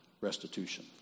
restitution